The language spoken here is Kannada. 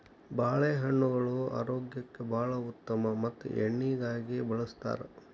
ತಾಳೆಹಣ್ಣುಗಳು ಆರೋಗ್ಯಕ್ಕೆ ಬಾಳ ಉತ್ತಮ ಮತ್ತ ಎಣ್ಣಿಗಾಗಿ ಬಳ್ಸತಾರ